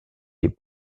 les